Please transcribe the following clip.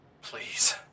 Please